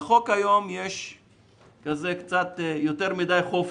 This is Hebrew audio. הבעיה השנייה הטכנולוגיה היום יכולה לאפשר לנו להיות יותר יעילים.